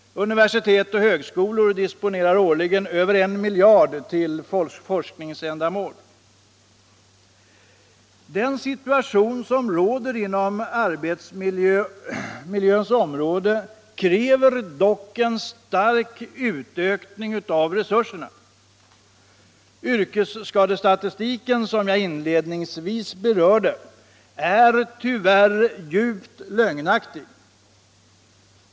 Universitet och högskolor disponerar årligen över 1 miljard till forskningsändamål. Den situation som råder inom arbetsmiljöns område kräver starkt ökade resurser. Yrkesskadestatistiken, som jag inledningsvis berörde, är tyvärr djupt lögnaktig.